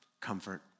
comfort